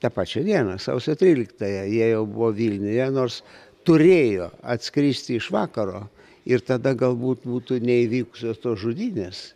tą pačią dieną sausio tryliktąją jie jau buvo vilniuje nors turėjo atskristi iš vakaro ir tada galbūt būtų neįvykusios tos žudynės